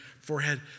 forehead